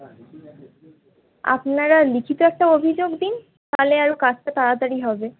আপনারা লিখিত একটা অভিযোগ দিন তাহলে আরোও কাজটা তাড়াতাড়ি হবে